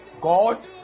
God